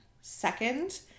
second